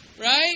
Right